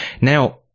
Now